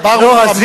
לא הזית,